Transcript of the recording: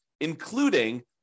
including